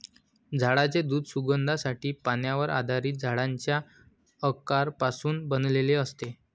झाडांचे दूध सुगंधासाठी, पाण्यावर आधारित झाडांच्या अर्कापासून बनवलेले असते